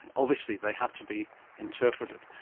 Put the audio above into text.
and obviously they have to be interpreted.